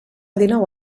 dinou